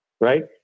Right